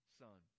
son